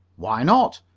why not?